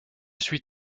suis